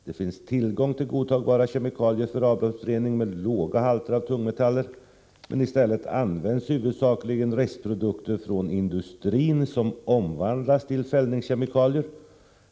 Det finns tillgång till godtagbara kemikalier för avloppsrening med låga halter av tungmetaller, men i stället används huvudsakligen restprodukter från industrin som omvandlas till fällningskemikalier.